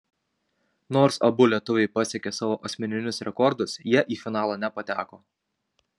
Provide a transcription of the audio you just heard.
nors abu lietuviai pasiekė savo asmeninius rekordus jie į finalą nepateko